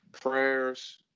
Prayers